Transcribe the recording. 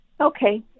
Okay